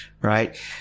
right